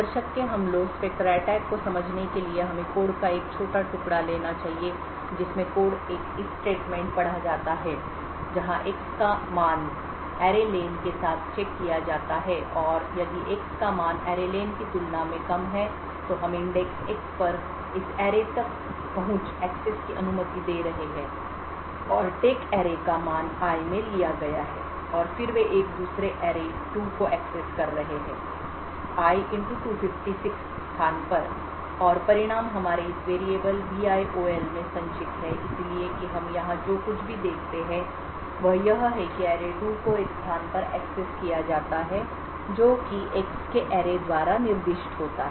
दर्शक के हमलोंस्पेक्टर अटैक को समझने के लिए हमें कोड का एक छोटा टुकड़ा लेना चाहिए जिसमें कोड एक if स्टेटमेंट पढ़ा जाता है जहाँ X का मान array len के साथ चेक किया जाता है और यदि X मान array len की तुलना में कम है तो हम इंडेक्स X पर इस एरे तक पहुंच की अनुमति दे रहे हैं और टेक ऐरे का मान I में लिया गया है और फिर वे एक दूसरे एरे array2 को एक्सेस कर रहे हैं I 256 स्थान पर और परिणाम हमारे इस वैरिएबल viol में संचित है इसलिए कि हम यहां जो कुछ भी देखते हैं वह यह है कि array2 को एक स्थान पर एक्सेस किया जाता है जो कि X के array सरणी द्वारा निर्दिष्ट होता है